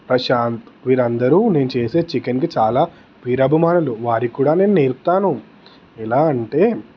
ప్రశాంత్ వీళ్ళు అందరూ నేను చేసే చికెన్కి చాలా వీరాభిమానులు వారికి కూడా నేను నేర్పుతాను ఎలా అంటే